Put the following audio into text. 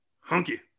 Hunky